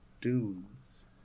dunes